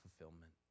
fulfillment